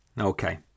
okay